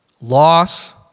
loss